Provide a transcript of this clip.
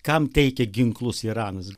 kam teikia ginklus iranas